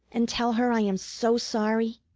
and tell her i am so sorry?